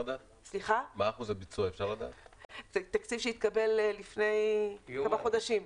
זה תקציב שהתקבל לפני כמה חודשים.